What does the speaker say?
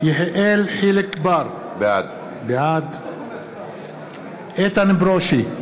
יחיאל חיליק בר, בעד איתן ברושי,